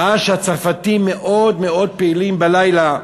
הוא ראה שהצרפתים מאוד פעילים בלילה,